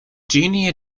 junior